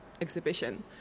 exhibition